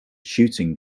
shooting